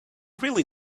really